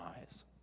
eyes